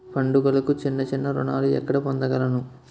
పండుగలకు చిన్న చిన్న రుణాలు ఎక్కడ పొందగలను?